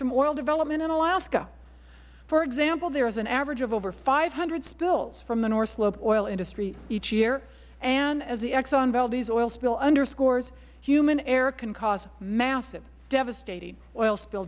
oil development in alaska for example there is an average of over five hundred spills from the north slope oil industry each year and as the exxon valdez oil spill underscores human error can cause massive devastating oil spill